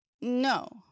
No